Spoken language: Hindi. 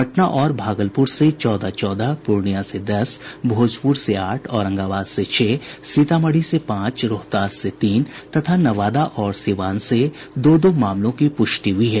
पटना और भागलपुर से चौदह चौदह पूर्णियां से दस भोजपुर से आठ औरंगाबाद से छह सीतामढ़ी से पांच रोहतास से तीन तथा नवादा और सीवान से दो दो मामलों की पुष्टि हुई है